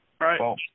right